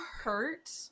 hurt